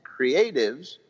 creatives